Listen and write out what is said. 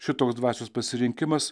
šitoks dvasios pasirinkimas